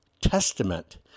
testament